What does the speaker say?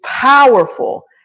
powerful